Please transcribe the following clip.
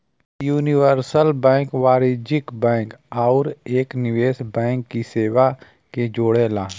universal bank वाणिज्यिक bank आउर एक निवेश बैंक की सेवा के जोड़ला